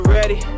ready